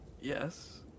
Yes